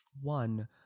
one